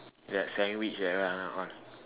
that sandwich that one ah all